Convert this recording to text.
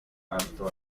alto